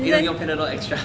eh no 用 Panadol extra